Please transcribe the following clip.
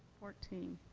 fourteen.